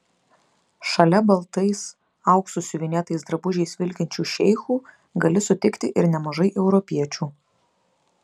šalia baltais auksu siuvinėtais drabužiais vilkinčių šeichų gali sutikti ir nemažai europiečių